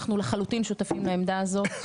אנחנו לחלוטין שותפים לעמדה הזאת.